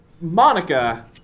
Monica